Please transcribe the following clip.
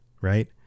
right